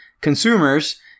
consumers